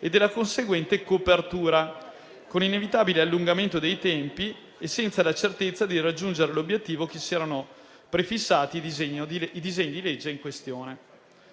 e della conseguente copertura, con inevitabile allungamento dei tempi e senza la certezza di raggiungere l'obiettivo che si erano prefissati i disegni di legge in questione.